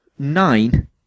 nine